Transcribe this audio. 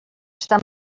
estan